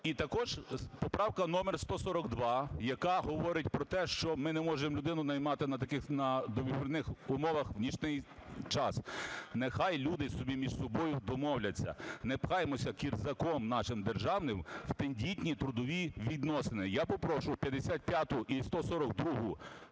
І також поправка номер 142, яка говорить про те, що ми не можемо людину наймати на таких договірних умовах в нічний час. Нехай люди собі між собою домовляться. Не пхаймося кірзаком нашим державним в тендітні трудові відносини. Я попрошу 55 і 142